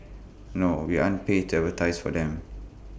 no we aren't paid to advertise for them